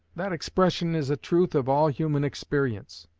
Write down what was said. that expression is a truth of all human experience